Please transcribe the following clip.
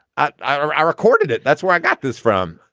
i i ah recorded it. that's where i got this from.